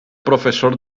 professor